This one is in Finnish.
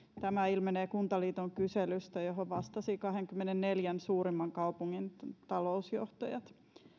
tämä ilmenee kuntaliiton kyselystä johon vastasivat kahdenkymmenenneljän suurimman kaupungin talousjohtajat